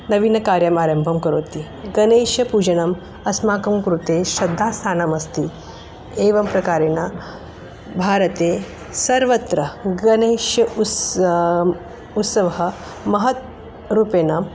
नवीनकार्यम् आरम्भं करोति गणेशपूजनम् अस्माकं कृते श्रद्धास्थानमस्ति एवं प्रकारेण भारते सर्वत्र गणेशोत्सवः उत्सवः महत् रूपेण